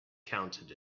counted